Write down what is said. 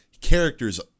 characters